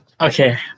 okay